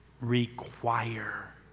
require